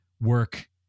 work